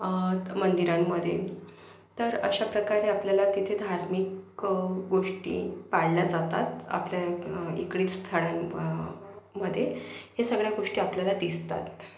मंदिरांमध्ये तर अशाप्रकारे आपल्याला तिथे धार्मिक गोष्टी पाळल्या जातात आपल्या इकडे स्थळां मध्ये ह्या सगळ्या गोष्टी आपल्याला दिसतात